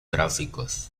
gráficos